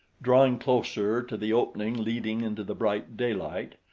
drawing closer to the opening leading into the bright daylight,